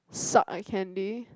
suck I candy